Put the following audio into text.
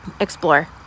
Explore